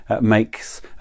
makes